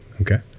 Okay